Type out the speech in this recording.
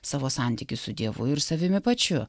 savo santykį su dievu ir savimi pačiu